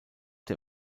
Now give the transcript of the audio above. dem